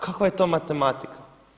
Kakav je to matematika?